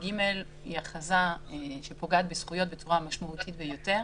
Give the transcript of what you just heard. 22ג היא הכרזה שפוגעת בזכויות בצורה משמעותית ביותר,